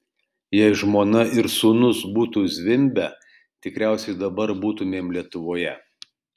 jei žmona ir sūnus būtų zvimbę tikriausiai dabar būtumėm lietuvoje